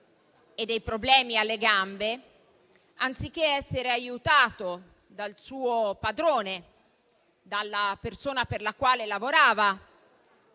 ha dei problemi alle gambe, anziché essere aiutato dal suo padrone, dalla persona per la quale lavorava...